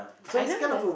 I know there's a